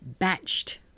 batched